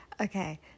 Okay